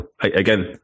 again